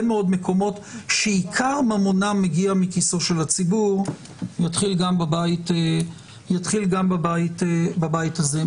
מאוד מקומות שעיקר ממונם מגיע מכיסו של הציבור יתחיל גם בבית הזה.